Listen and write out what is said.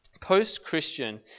Post-Christian